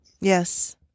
Yes